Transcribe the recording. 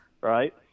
right